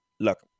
Look